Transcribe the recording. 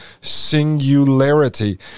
Singularity